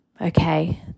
Okay